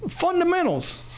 Fundamentals